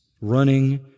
running